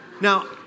Now